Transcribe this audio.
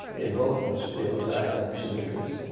in both those fields i had some interest.